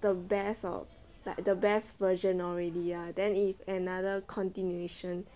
the best of like the best version already ah then if another continuation